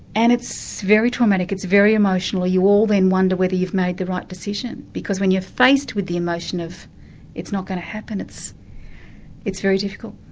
and it's very traumatic, it's very emotional, you all then wonder whether you've made the right decision, because when you're faced with the emotion of it's not going to happen, it's it's very difficult.